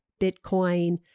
Bitcoin